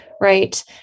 right